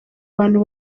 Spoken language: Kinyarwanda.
bantu